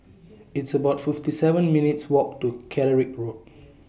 It's about fifty seven minutes' Walk to Catterick Road